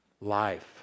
life